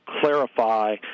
clarify